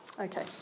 Okay